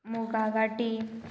मुगा गाटी